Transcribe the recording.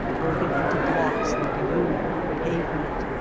broken into blocks like a ruined pavement.